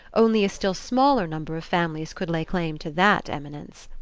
only a still smaller number of families could lay claim to that eminence.